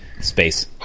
Space